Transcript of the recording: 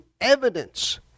evidence